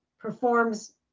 performs